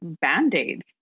band-aids